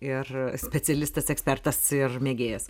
ir specialistas ekspertas ir mėgėjas